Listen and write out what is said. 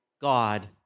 God